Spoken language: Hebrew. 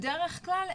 בדרך כלל,